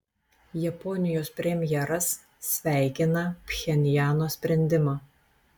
japonijos premjeras sveikina pchenjano sprendimą